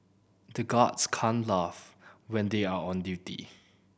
the guards can't laugh when they are on duty